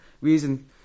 Reason